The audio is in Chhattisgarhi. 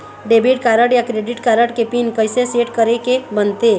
डेबिट कारड या क्रेडिट कारड के पिन कइसे सेट करे के बनते?